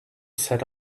set